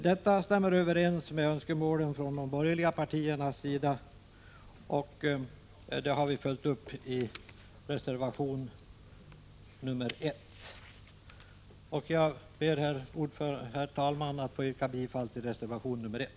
Detta senare alternativ stämmer överens med de borgerliga partiernas önskemål, och vi har följt upp det i reservation nr 1. Jag ber, herr talman, att få yrka bifall till reservation nr 1.